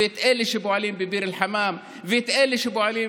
את אלה שפועלים בביר אל-חמאם ואת אלה שפועלים